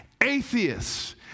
Atheists